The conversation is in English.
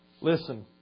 Listen